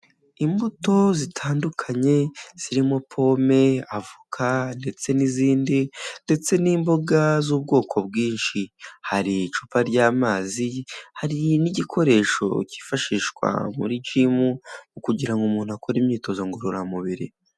Imbuto zitandukanye zirimo pome, avoka ndetse n'izindi, ndetse n'imboga z'ubwoko bwinshi, hari icupa ry'amazi, hari n'igikoresho cyifashishwa muri jimu, kugira ngo umuntu akore imyitozo ngororamubiri.